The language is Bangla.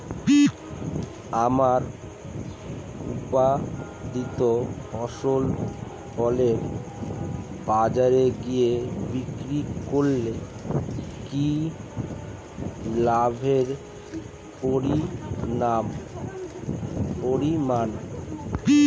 আমার উৎপাদিত ফসল ফলে বাজারে গিয়ে বিক্রি করলে কি লাভের পরিমাণ?